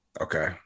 Okay